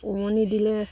উমনি দিলে